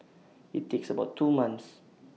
IT takes about two months